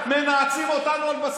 50 איש עולים כל שבוע לפה,